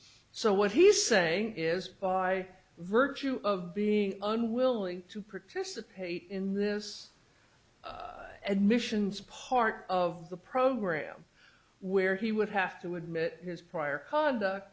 so what he's saying is by virtue of being unwilling to participate in this admissions part of the program where he would have to admit his prior conduct